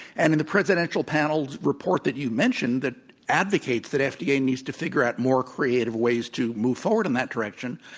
and in the presidential panel's report that you mentioned that advocates that fda yeah needs to figure out more creative ways to move forward in that direction,